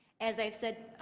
as i have said,